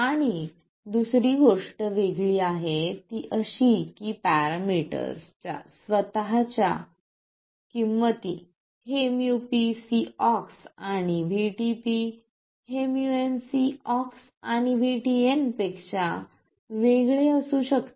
आणि दुसरी गोष्ट वेगळी आहे ती अशी की पॅरामीटर च्या स्वतः च्या किमती हे μpCox आणि VTP हे μnCox आणि VTN पेक्षा वेगळे असू शकते